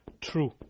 true